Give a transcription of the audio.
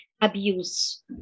abuse